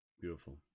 Beautiful